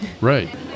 Right